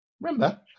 Remember